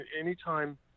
Anytime